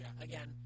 again